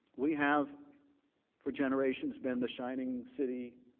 we have for generations been the sheuning city